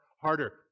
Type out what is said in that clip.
harder